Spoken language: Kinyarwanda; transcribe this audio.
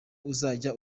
uzajya